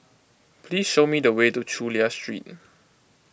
please show me the way to Chulia Street